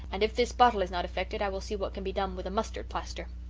and if this bottle is not effective i will see what can be done with a mustard plaster.